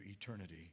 eternity